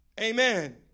Amen